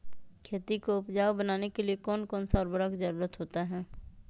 खेती को उपजाऊ बनाने के लिए कौन कौन सा उर्वरक जरुरत होता हैं?